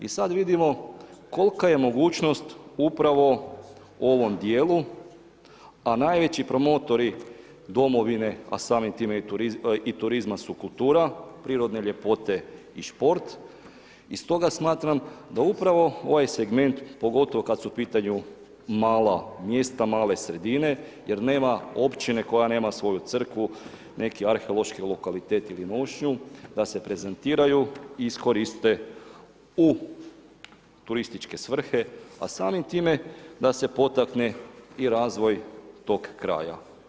I sad vidimo kolika je mogućnost upravo u ovom djelu a najveći promotori domovine a samim time i turizma su kultura, prirodne ljepote i šport i stoga smatram da upravo ovaj segment, pogotovo kad su u pitanju mala mjesta, male sredine jer nema općine koja nema svoju crkvu, neki arheološki lokalitet ili nošnje da se prezentiraju i iskoriste u turističke svrhe a samim time da se potakne i razvoj tog kraja.